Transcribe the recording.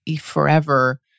forever